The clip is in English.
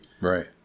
right